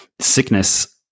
sickness